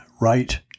right